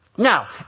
Now